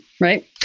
Right